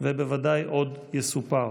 ובוודאי עוד יסופר.